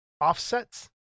offsets